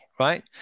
Right